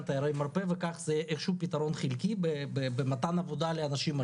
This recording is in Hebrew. תיירי מרפא וכך זה איך שהוא פתרון חלקי במתן עבודה לאנשים הללו.